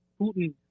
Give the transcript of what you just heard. Putin